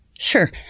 Sure